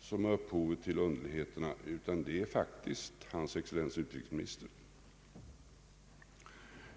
som är upphovet till underligheterna utan hans excellens herr utrikesministern.